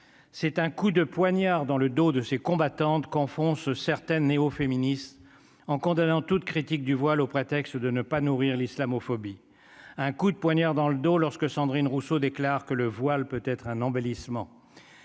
c'est un coup de poignard dans le dos de ses combattantes confond ce certaines néo-féministe en condamnant toute critique du voile au prétexte de ne pas nourrir l'islamophobie, un coup de poignard dans le dos, lorsque Sandrine Rousseau déclare que le voile peut être un embellissement